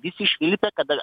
visi švilpė kada